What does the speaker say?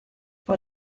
vor